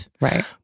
Right